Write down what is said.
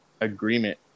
agreement